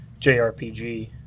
JRPG